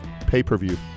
Pay-per-view